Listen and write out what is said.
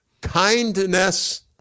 kindness